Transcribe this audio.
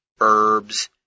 herbs